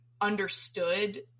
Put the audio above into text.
understood